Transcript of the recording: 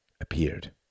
appeared